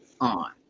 on